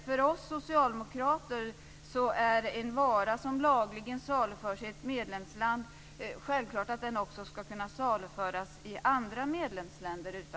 För oss socialdemokrater är det självklart att en vara som lagligen saluförs i ett medlemsland utan hinder också ska kunna saluföras i andra medlemsländer.